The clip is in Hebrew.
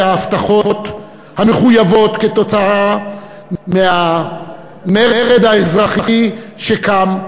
ההבטחות המחויבות עקב המרד האזרחי שקם,